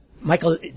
Michael